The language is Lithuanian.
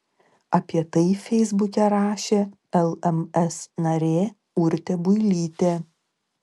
apie tai feisbuke rašė lms narė urtė builytė